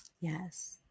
Yes